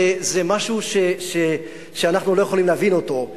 זה משהו שאנחנו לא יכולים להבין אותו,